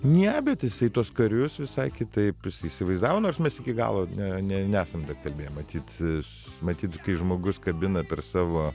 ne bet jisai tuos karius visai kitaip jis įsivaizdavo nors mes iki galo ne ne nesam kalbėję matyt nes matyt kai žmogus kabina per savo